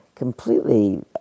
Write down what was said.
completely